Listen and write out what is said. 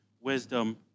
wisdom